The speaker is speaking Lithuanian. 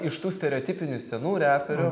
dar iš tų stereotipinių senų reperių